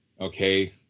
okay